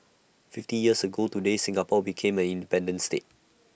fifty years ago today Singapore became an independent state